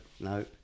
no